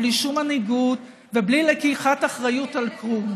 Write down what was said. בלי שום מנהיגות ובלי לקיחת אחריות על כלום.